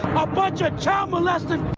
bunch of child molesting